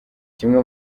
kimwe